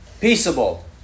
peaceable